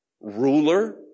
Ruler